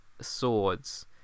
swords